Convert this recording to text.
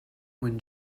when